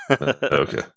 okay